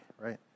right